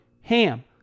HAM